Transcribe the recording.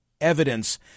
evidence